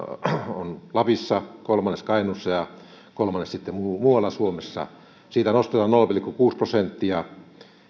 on lapissa kolmannes kainuussa ja kolmannes sitten muualla suomessa siitä nostetaan nolla pilkku kuusi prosenttia